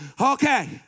Okay